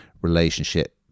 relationship